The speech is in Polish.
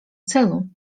celu